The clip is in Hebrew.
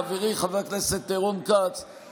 חברי חבר הכנסת רון כץ,